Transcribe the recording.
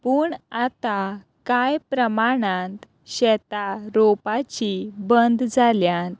पूण आतां कांय प्रमाणांत शेतां रोवपाची बंद जाल्यात